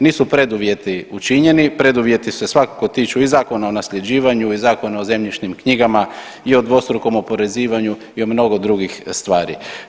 Nisu preduvjeti učinjeni, preduvjeti se svakako tiču i Zakona o nasljeđivanju i Zakona o zemljišnim knjigama i o dvostrukom oporezivanju i o mnogo drugih stvari.